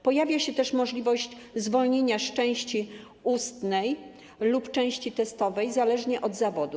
Pojawia się też możliwość zwolnienia z części ustnej lub części testowej, zależnie od zawodu.